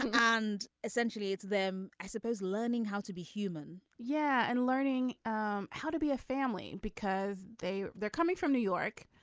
and essentially it's them i suppose learning how to be human yeah. and learning um how to be a family because they they're coming from new york.